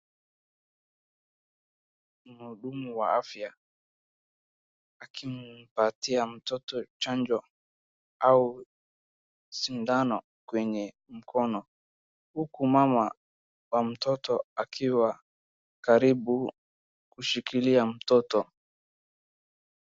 Mhudumu wa afya akimpatia mtoto chanjo au sindano kwenye mkono, huku mama wa mtoto akiwa karibu kushikilia mtoto.